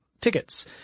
tickets